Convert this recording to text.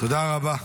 תודה רבה.